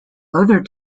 other